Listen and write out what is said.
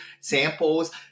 samples